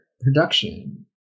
production